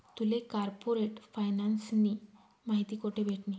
तुले कार्पोरेट फायनान्सनी माहिती कोठे भेटनी?